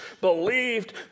believed